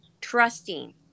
trusting